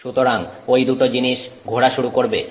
সুতরাং ওই দুটো জিনিস ঘোরা শুরু করবে